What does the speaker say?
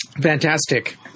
Fantastic